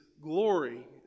glory